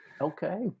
Okay